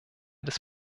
des